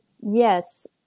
Yes